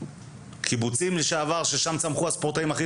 קיבוצים לשעבר ששם צמחו הספורטאים הכי